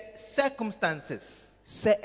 circumstances